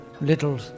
Little